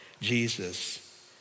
Jesus